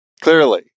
Clearly